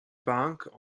bank